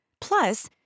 Plus